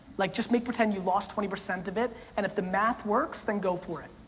like just make pretend you lost twenty percent of it, and if the math works, then go for it.